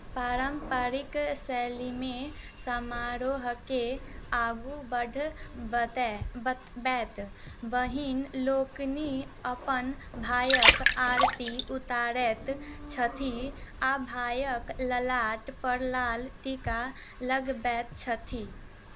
पारम्परिक शैलीमे समारोहके आगू बढ़बतै बैत बहिन लोकनि अपन भाइके आरती उतारैत छथि आओर भाइके ललाटपर लाल टीका लगबैत छथि